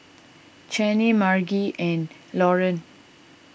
Chanie Margie and Lauren